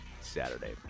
Saturday